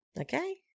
Okay